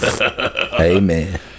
amen